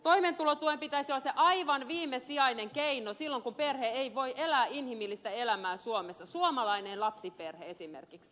toimeentulotuen pitäisi olla se aivan viimesijainen keino silloin kun perhe ei voi elää inhimillistä elämää suomessa suomalainen lapsiperhe esimerkiksi